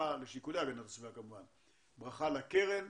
ברכה לקרן.